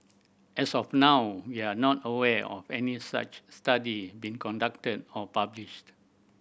as of now we are not aware of any such study being conducted or published